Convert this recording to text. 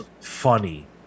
funny